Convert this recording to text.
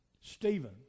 Stephen